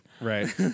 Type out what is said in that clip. Right